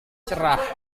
cerah